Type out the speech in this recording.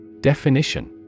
Definition